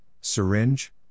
syringe